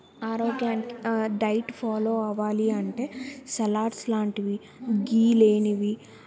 ఆరోగ్యానికి diet follow అవ్వాలి అంటే సలాడ్స్ లాంటివి గీ లేనివి